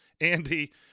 Andy